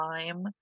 time